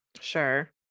Sure